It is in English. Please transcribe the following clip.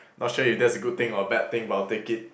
not sure if that's a good thing or a bad thing but I'll take it